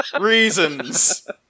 reasons